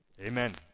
Amen